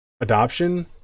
adoption